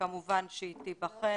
וכמובן שהיא תיבחן.